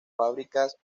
fábricas